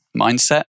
mindset